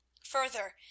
further